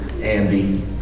Andy